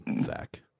Zach